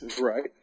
Right